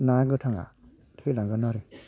ना गोथाङा थैलांगोन आरो